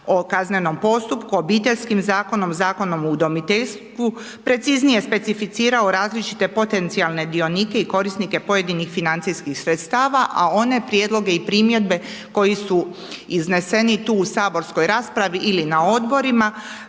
o kaznenom postupku, Obiteljskim zakonom, Zakonom o udomiteljstvu preciznije specificirao različite potencijalne dionike i korisnike pojedinih financijskih sredstava a one prijedloge i primjedbe koji su izneseni tu u saborskoj raspravi ili na odborima,